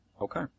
Okay